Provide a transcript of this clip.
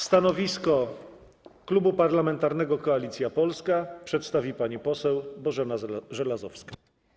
Stanowisko Klubu Parlamentarnego Koalicja Polska przedstawi pani poseł Bożena Żelazowska.